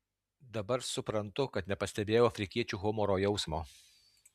dabar suprantu kad nepastebėjau afrikiečių humoro jausmo